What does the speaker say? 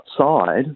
outside